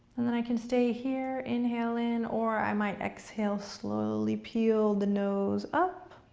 and then i can stay here, inhale in, or i might exhale, slowly peel the nose up,